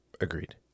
Agreed